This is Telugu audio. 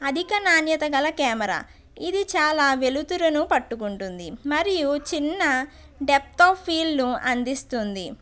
అధిక నాణ్యత గల కెమెరా ఇది చాలా వెలుతురును పట్టుకుంటుంది మరియు చిన్న డెప్త్ ఆఫ్ ఫీల్ ను అందిస్తుంది